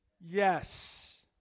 yes